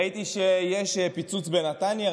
ראיתי שיש פיצוץ בנתניה,